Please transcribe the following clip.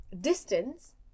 distance